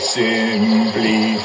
simply